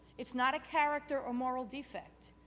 it is not a character or moral defect.